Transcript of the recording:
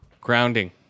Grounding